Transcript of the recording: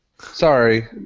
Sorry